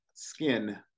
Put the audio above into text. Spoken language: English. skin